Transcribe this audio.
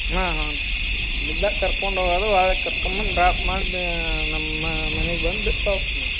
ಹಾಂ ಹ್ಞೂ ರೀ ಅಲ್ಲಿದ್ದಾಗ ಕರ್ಕೊಂಡೊಗೋದು ಹೊಳ್ಳಿ ಕರ್ಕೊಂಬಂದ್ ಡ್ರಾಪ್ ಮಾಡಿ ನಮ್ಮ ಮನೆಗ್ ಬಂದು ಬಿಟ್ಟು ಹೋಗ್ಬೇಕ್ ನೀವು